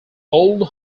old